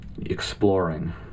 exploring